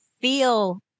feel